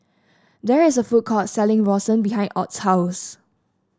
there is a food court selling rawon behind Ott's house